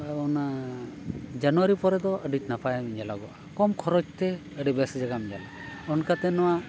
ᱚᱱᱟ ᱡᱟᱱᱩᱣᱟᱨᱤ ᱯᱚᱨᱮ ᱫᱚ ᱟᱹᱰᱤ ᱱᱟᱯᱟᱭ ᱧᱮᱞᱚᱜᱚᱜᱼᱟ ᱠᱚᱢ ᱠᱷᱚᱨᱚᱪ ᱛᱮ ᱟᱹᱰᱤ ᱵᱮᱥ ᱡᱟᱭᱜᱟᱢ ᱧᱮᱞᱟ ᱚᱱᱠᱟᱛᱮ ᱱᱚᱣᱟ